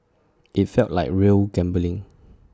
IT felt like real gambling